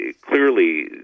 clearly